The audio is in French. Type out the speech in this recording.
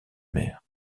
mère